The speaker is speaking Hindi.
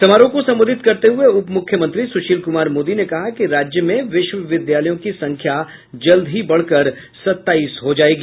समारोह को संबोधित करते हुए उप मुख्यमंत्री सुशील कुमार मोदी ने कहा कि राज्य में विश्वविद्यालयों की संख्या जल्द ही बढ़कर सताईस हो जायेगी